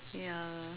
ya